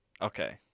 Okay